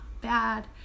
bad